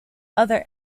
other